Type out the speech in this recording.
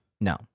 No